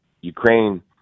Ukraine